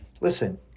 Listen